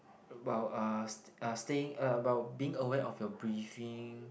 while uh stay staying uh about being aware of your breathing